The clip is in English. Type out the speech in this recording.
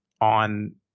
on